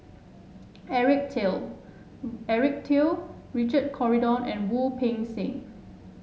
Eric Teo Eric Teo Richard Corridon and Wu Peng Seng